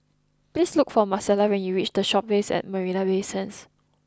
please look for Marcela when you reach The Shoppes at Marina Bay Sands